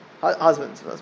husbands